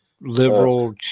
liberal